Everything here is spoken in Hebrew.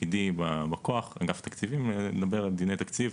תפקידי בכוח, אגף תקציבים, לדבר על דיוני תקציב.